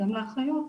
גם לאחיות,